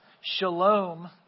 Shalom